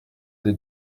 des